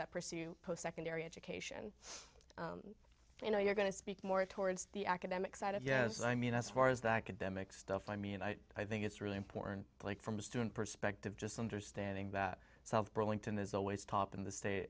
that pursue post secondary education you know you're going to speak more towards the academic side of yes i mean as far as the academic stuff i mean i think it's really important play from a student perspective just understanding that south burlington is always top in the state